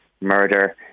murder